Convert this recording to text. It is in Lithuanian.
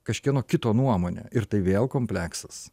kažkieno kito nuomonė ir tai vėl kompleksas